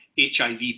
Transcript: HIV